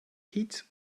kitts